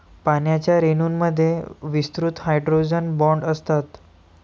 पाण्याच्या रेणूंमध्ये विस्तृत हायड्रोजन बॉण्ड असतात